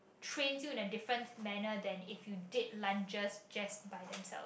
trains you in a different manner than if you did lunges just by themselves